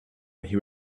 and